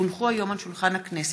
כי הונחו היום על שולחן הכנסת,